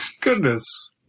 Goodness